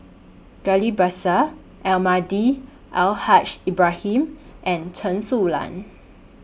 Ghillie Bassan Almahdi A L Haj Lbrahim and Chen Su Lan